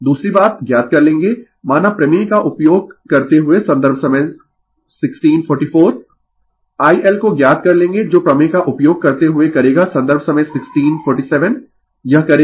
दूसरी बात ज्ञात कर लेंगें माना प्रमेय का उपयोग करते हुए संदर्भ समय 1644 IL को ज्ञात कर लेंगें जो प्रमेय का उपयोग करते हुए करेगा संदर्भ समय 1647 यह करेगा